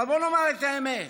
אבל בואו נאמר את האמת,